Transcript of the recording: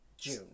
June